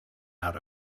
out